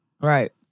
Right